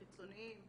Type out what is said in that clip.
חיצוניים.